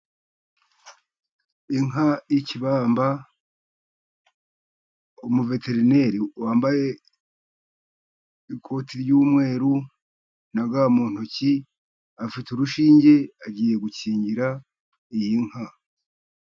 Inka y'ikibamba, umuveterineri wambaye ikoti ry'umweru, na ga mu ntoki, afite urushinge agiye gukingira iyi nka.